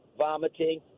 vomiting